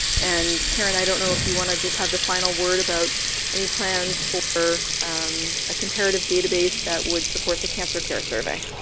and caren, i don't know if you want to just have the final word about any plans for a comparative database that would compare the cancer care survey.